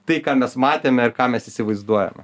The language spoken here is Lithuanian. tai ką mes matėme ir ką mes įsivaizduojame